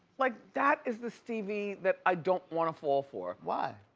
like, that is the stevie that i don't wanna fall for. why?